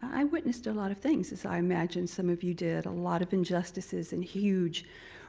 i witnessed a lot of things as i imagined some of you did. a lot of injustices and huge